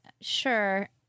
sure